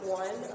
one